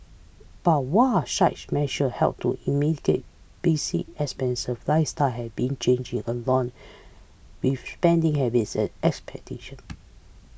but while such measure help to basic expenses lifestyle have been changing along with spending habits and expectation